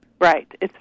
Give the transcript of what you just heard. Right